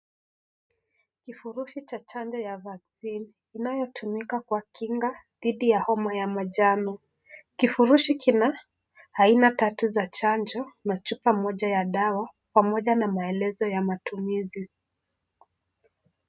Kifurushi cha chanjo ya vaccine inayotumika kwa kinga dhidi ya homa ya majano, kifurushi kina aina tatu za chanjo na chupa moja ya dawa pamoja na maelezo ya matumizi.